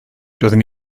doeddwn